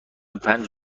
پنج